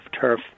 turf